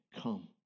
come